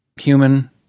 human